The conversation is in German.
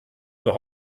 über